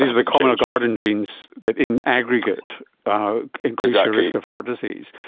the common or garden genes that in aggregate risk of heart disease.